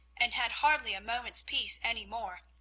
and had hardly a moment's peace any more,